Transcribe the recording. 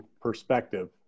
perspective